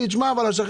להטיל